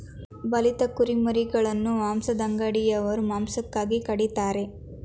ಬಲಿತ ಕುರಿಮರಿಗಳನ್ನು ಮಾಂಸದಂಗಡಿಯವರು ಮಾಂಸಕ್ಕಾಗಿ ಕಡಿತರೆ